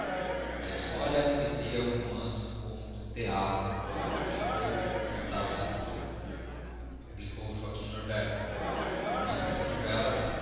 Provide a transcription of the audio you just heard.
a historia a poesia o romance o conto o theatro tudo cultivou o notável escriptor publicou loaquim norberto romances e novellasy